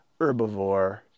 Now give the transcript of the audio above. herbivore